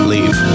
Leave